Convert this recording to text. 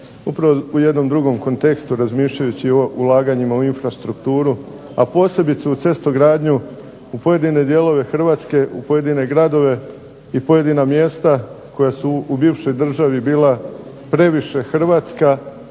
upravo u jednom drugom kontekstu razmišljajući o ulaganjima u infrastrukturu, a posebice u cestogradnju u pojedine dijelove Hrvatske, u pojedine gradove i pojedina mjesta koja su u bivšoj državi bila previše hrvatska,